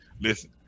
listen